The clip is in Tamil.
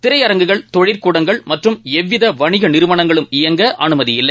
திரையரங்குகள் தொழிற்கூடங்கள் மற்றும் எவ்வித வணிக நிறுவனங்களும் இயங்க அனுமதியில்லை